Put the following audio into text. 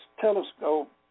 telescope